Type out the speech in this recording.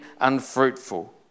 unfruitful